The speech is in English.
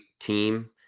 team